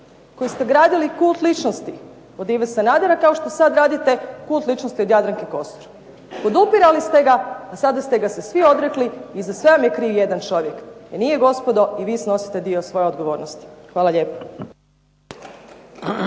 koji ste gradili kult ličnosti od Ive Sanadera kao što sad radite kult ličnosti od Jadranke Kosor. Podupirali ste ga, a sada ste ga se svi odrekli i za sve vam je kriv jedan čovjek. E nije gospodo i vi snosite dio svoje odgovornosti. Hvala lijepa.